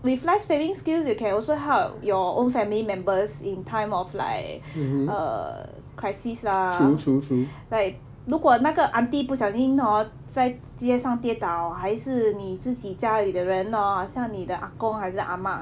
with life saving skills can also help your own family members in time of like err crisis lah like 如果那个 aunty 不小心 hor 在街上跌倒还是你自己家里的人 hor 像你的 ah gong 还是 ah ma